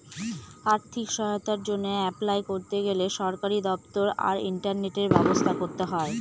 আর্থিক সহায়তার জন্য অ্যাপলাই করতে গেলে সরকারি দপ্তর আর ইন্টারনেটের ব্যবস্থা করতে হয়